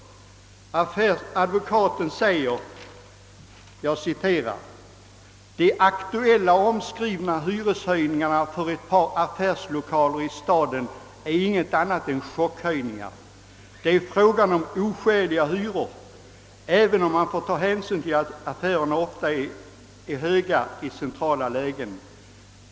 Herr Grubbe sade bl.a. enligt tidningsreferatet: »De aktuella och omskrivna hyreshöjningarna för ett par affärslokaler i staden är inget annat än chockhöjningar. Det är fråga om oskäliga hyror — även om man tar hänsyn till att hyrorna är höga i centrala lägen.